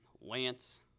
Lance